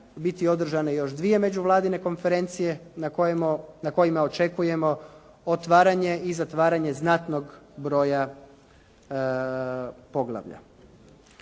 biti održane još dvije međuvladine konferencije na kojima očekujemo otvaranje i zatvaranje znatnog broja poglavlja.